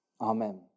Amen